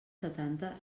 setanta